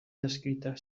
descrita